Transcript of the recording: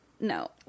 No